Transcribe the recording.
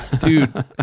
dude